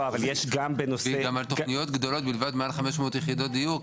והיא גם על תוכניות גדולות בלבד מעל 500 יחידות דיור,